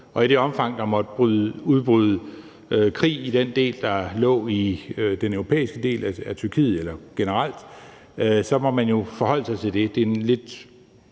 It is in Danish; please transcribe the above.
og i det omfang, der måtte udbryde krig i den del, der ligger i den europæiske del af Tyrkiet – eller generelt – så må man jo forholde sig til det. Det er en lidt